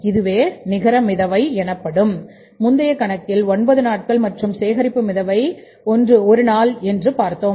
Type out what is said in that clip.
இதுவே நிகர மிதவை எனப்படும் முந்தைய கணக்கில் 9 நாட்கள் மற்றும்சேகரிப்பு மிதவை 1 நாள் என்று பார்த்தோம்